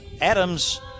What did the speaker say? Adams